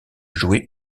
jouer